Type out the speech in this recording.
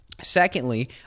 Secondly